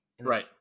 Right